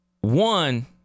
one